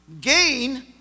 gain